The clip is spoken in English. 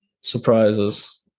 Surprises